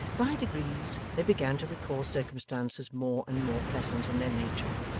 by degrees, they began to recall circumstances more and more pleasant in their nature,